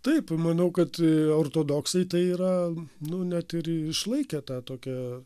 taip manau kad ortodoksai tai yra nu net ir išlaikę tą tokią